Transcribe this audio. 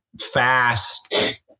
fast